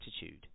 attitude